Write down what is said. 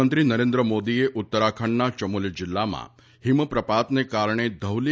પ્રધાનમંત્રી નરેન્દ્ર મોદીએ ઉત્તરાખંડના ચમોલી જિલ્લામાં હિમપ્રપાતને કારણે ધૌલી